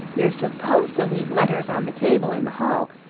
you're supposed to leave letters on the table in the hall,